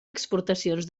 exportacions